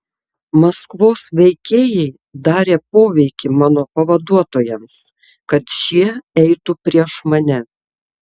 maskvos veikėjai darė poveikį mano pavaduotojams kad šie eitų prieš mane